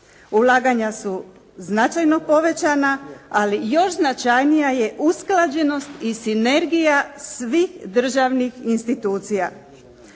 Ulaganja su značajno povećana, ali još značajnija je usklađenost i sinergija svih državnih institucija.